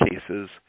cases